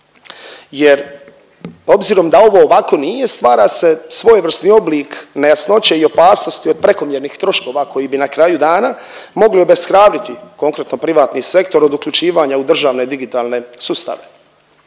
Jer obzirom da ovo ovako nije stvara se svojevrsni oblik nejasnoće i opasnosti od prekomjernih troškova koji bi na kraju dana mogli obeshrabriti konkretno privatni sektor od uključivanja u državne, digitalne sustave.